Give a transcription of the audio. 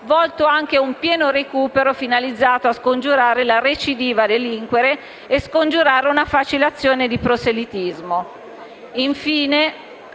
volto anche ad un pieno recupero finalizzato a scongiurare la recidiva a delinquere e una facile azione di proselitismo.